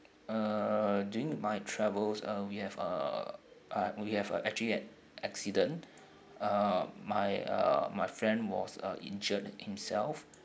uh during my travels uh we have uh ah we have a actually an accident uh my uh my friend was uh injured at himself